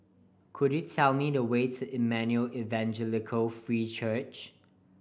could you tell me the way to Emmanuel Evangelical Free Church